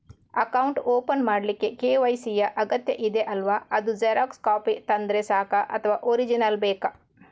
Account open ಮಾಡ್ಲಿಕ್ಕೆ KYC ಯಾ ಅಗತ್ಯ ಇದೆ ಅಲ್ವ ಅದು ಜೆರಾಕ್ಸ್ ಕಾಪಿ ತಂದ್ರೆ ಸಾಕ ಅಥವಾ ಒರಿಜಿನಲ್ ಬೇಕಾ?